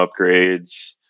upgrades